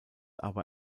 aber